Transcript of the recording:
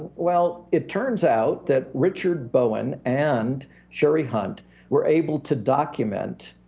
well, it turns out that richard bowen and sherry hunt were able to document,